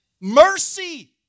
mercy